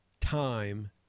time